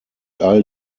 all